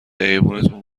ایوونتون